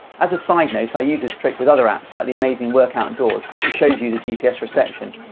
as a side note i use this trick with other apps like the amazing workoutdoors which shows you the gps reception,